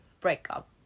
breakup